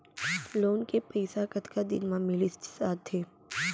Loan के पइसा कतका दिन मा मिलिस जाथे?